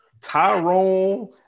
Tyrone